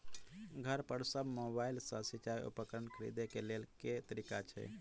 घर पर सऽ मोबाइल सऽ सिचाई उपकरण खरीदे केँ लेल केँ तरीका छैय?